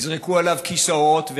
נזרקו עליו כיסאות,